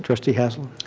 trustee haslund?